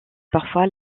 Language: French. parfois